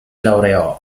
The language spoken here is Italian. laureò